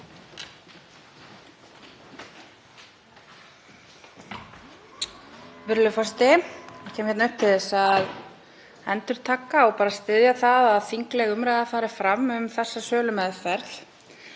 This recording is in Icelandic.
Virðulegur forseti. Ég kem hérna upp til að endurtaka og styðja það að þingleg umræða fari fram um þessa sölumeðferð.